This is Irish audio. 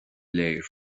léir